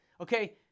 okay